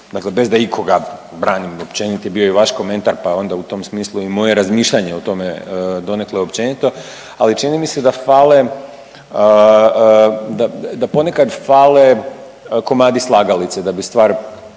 dakle bez da ikoga branim, općenit je bio i vaš komentar, pa onda u tom smislu i moje razmišljanje o tome je donekle općenito, ali čini mi se da fale, da ponekad fale komadi slagalice da bi stvar